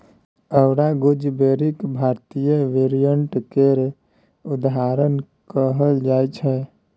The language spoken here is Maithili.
औरा गुजबेरीक भारतीय वेरिएंट केर उदाहरण कहल जाइ छै